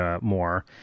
more